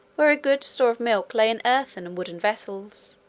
where a good store of milk lay in earthen and wooden vessels,